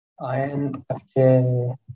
INFJ